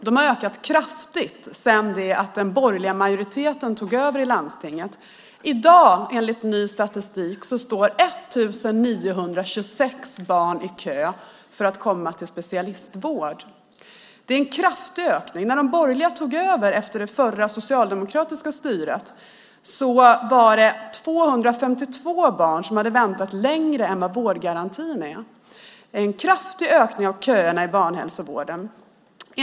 De har ökat kraftigt sedan den borgerliga majoriteten tog över i landstinget. I dag, enligt ny statistik, står 1 926 barn i kö för att komma till specialistvård. Det är en kraftig ökning. När de borgerliga tog över efter det förra, socialdemokratiska styret var det 252 barn som hade väntat längre än vad som ska gälla enligt vårdgarantin. Det är en kraftig ökning av köerna i barnhälsovården.